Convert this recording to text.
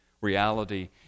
reality